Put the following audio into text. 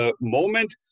moment